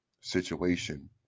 situation